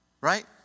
Right